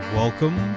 welcome